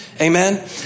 Amen